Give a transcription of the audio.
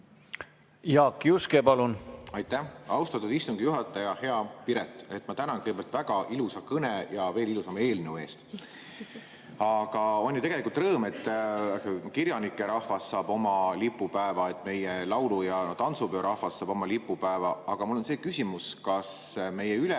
Jaak Juske, palun! Aitäh, austatud istungi juhataja! Hea Piret! Ma tänan kõigepealt väga ilusa kõne ja veel ilusama eelnõu eest! On ju tegelikult rõõm, et kirjanduse rahvas saab oma lipupäeva ning meie laulu‑ ja tantsupeo rahvas saab oma lipupäeva. Aga mul on küsimus: kas meie